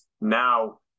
now